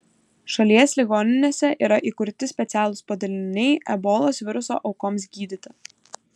šalies ligoninėse yra įkurti specialūs padaliniai ebolos viruso aukoms gydyti